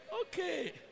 Okay